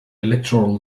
electoral